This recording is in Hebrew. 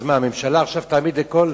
אז מה, הממשלה עכשיו תעמיד לכל